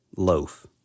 loaf